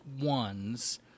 ones